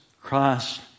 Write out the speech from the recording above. Christ